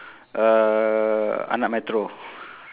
uh anak metro